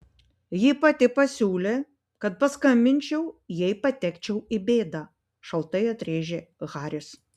ji pati pasiūlė kad paskambinčiau jei patekčiau į bėdą šaltai atrėžė haris